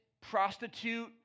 prostitute